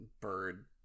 bird